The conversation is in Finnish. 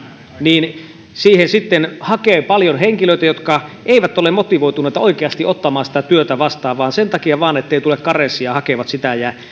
niin siihen sitten hakee paljon henkilöitä jotka eivät ole motivoituneita oikeasti ottamaan sitä työtä vastaan vaan sen takia vain ettei tule karenssia hakevat sitä